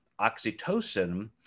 oxytocin